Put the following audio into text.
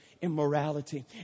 immorality